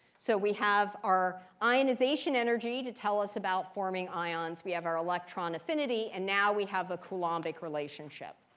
so we have our ionization energy to tell us about forming ions. we have our electron affinity, and now, we have a coulombic relationship.